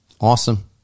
awesome